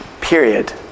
period